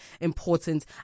important